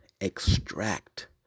extract